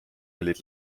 olid